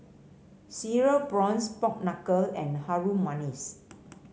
Cereal Prawns Pork Knuckle and Harum Manis